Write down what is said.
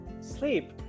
sleep